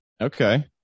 Okay